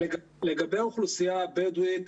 לגבי האוכלוסייה הבדואית,